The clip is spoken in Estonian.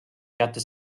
kätte